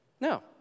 No